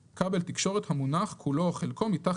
"כבל תקשורת תת ימי" - כבל תקשורת המונח,